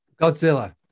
Godzilla